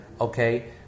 okay